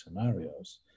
scenarios